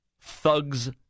thugs